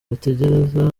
bategereza